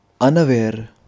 unaware